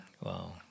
Wow